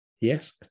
Yes